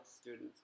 students